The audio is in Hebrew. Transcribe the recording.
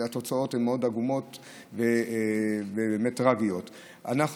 התוצאות הן עגומות וטרגיות מאוד,